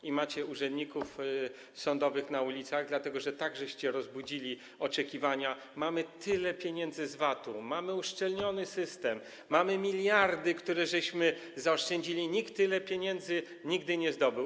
I macie urzędników sądowych na ulicach, dlatego że tak rozbudziliście oczekiwania - mamy tyle pieniędzy z VAT-u, mamy uszczelniony system, mamy miliardy, które zaoszczędziliśmy, nikt tyle pieniędzy nigdy nie zdobył.